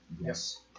Yes